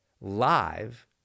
live